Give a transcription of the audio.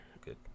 Good